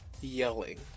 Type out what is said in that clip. yelling